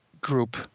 group